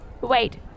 Wait